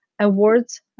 awards